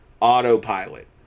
autopilot